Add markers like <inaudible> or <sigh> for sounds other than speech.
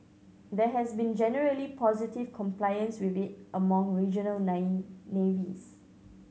there has been generally positive compliance with it among regional <unintelligible> navies